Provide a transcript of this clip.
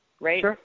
right